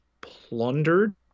plundered